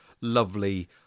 lovely